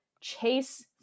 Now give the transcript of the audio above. chase